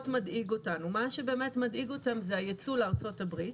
מה שבאמת מדאיג אותם זה הייצוא לארצות הברית,